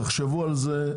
תחשבו על זה,